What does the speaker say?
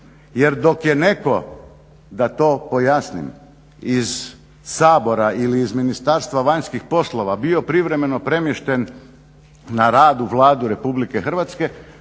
Jer da je neko da to pojasnim iz Sabora ili iz Ministarstva vanjskih poslova bio privremeno premješten na rad u Vladu RH već